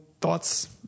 thoughts